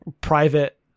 private